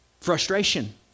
frustration